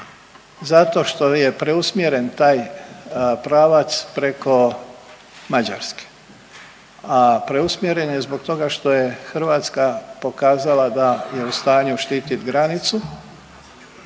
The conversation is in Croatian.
zato što je preusmjeren taj pravac preko Mađarske, a preusmjeren je zbog toga što je Hrvatska pokazala da je u stanju štitit granicu,